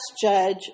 judge